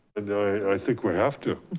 and i think we have to.